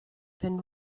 been